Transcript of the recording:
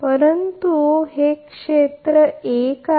परंतु हे क्षेत्र एक आहे